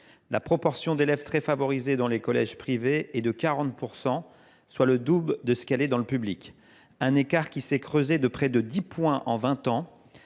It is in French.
La proportion d’élèves très favorisés dans les collèges privés est de 40 %, soit le double de ce qu’elle est dans le public. L’écart s’est creusé de près de dix points en vingt